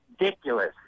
Ridiculous